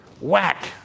Whack